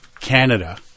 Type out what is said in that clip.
Canada